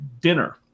dinner